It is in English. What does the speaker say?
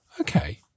Okay